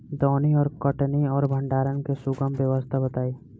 दौनी और कटनी और भंडारण के सुगम व्यवस्था बताई?